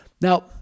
Now